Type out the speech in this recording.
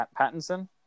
pattinson